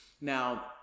Now